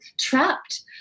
trapped